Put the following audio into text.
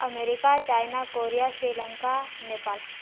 America China Korea Sri Lanka Nepal